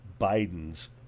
Biden's